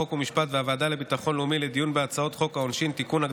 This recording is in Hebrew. חוק ומשפט והוועדה לביטחון לאומי לדיון בהצעות חוק העונשין (תיקון,